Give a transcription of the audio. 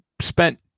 spent